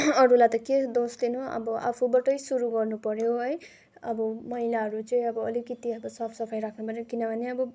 अरूलाई त के दोष दिनु अब आफूबाटै सुरु गर्नु पर्यो है अब मैलाहरू चाहिँ अब अलिकति अब साफ सफाइ राख्नु पर्यो किनभने